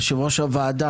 יושב-ראש הוועדה,